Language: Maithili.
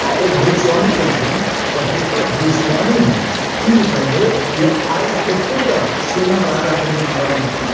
आ ओ भविष्यवाणी केलखिन तऽ हुनकर भविष्यवाणी मे ई निकललै जे आइ एकोटा सेना राजा के नहि मारल जेतैक